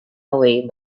away